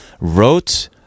wrote